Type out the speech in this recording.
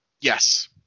Yes